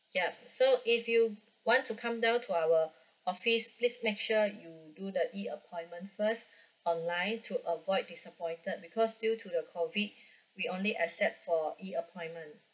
yup so if you want to come down to our office please make sure you do the E appointment first online to avoid disappointed because due to the COVID we only accept for E appointment